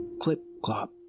clip-clop